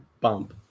bump